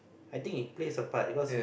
I think it plays a part because